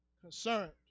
concerned